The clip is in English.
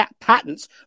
patents